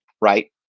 right